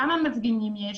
כמה מפגינים יש,